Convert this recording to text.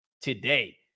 today